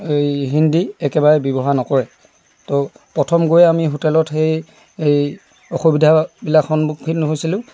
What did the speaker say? হিন্দী একেবাৰে ব্যৱহাৰ নকৰে তো প্ৰথম গৈ আমি হোটেলত সেই অসুবিধাবিলাক সন্মুখীন হৈছিলোঁ